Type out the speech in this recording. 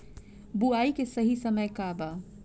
बुआई के सही समय का वा?